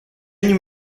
nim